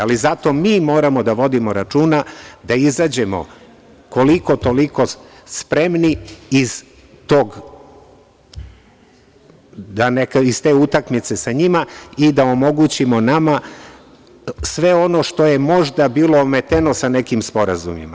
Ali, zato mi moramo da vodimo računa da izađemo, koliko-toliko spremni iz te utakmice sa njima i da omogućimo nama sve ono što je možda bilo ometeno nekim sporazumima.